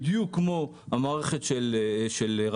בדיוק כמו המערכת של ridevision,